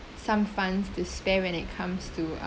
some funds to spare when it comes to uh